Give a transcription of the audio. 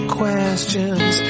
questions